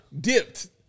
Dipped